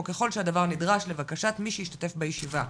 או ככל שהדבר נדרש לבקשת מי שהשתתף בישיבה.